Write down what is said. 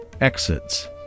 exits